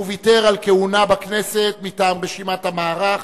הוא ויתר על כהונה בכנסת מטעם רשימת המערך